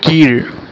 கீழ்